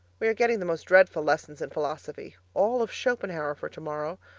we are getting the most dreadful lessons in philosophy all of schopenhauer for tomorrow.